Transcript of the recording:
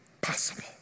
possible